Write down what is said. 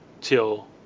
till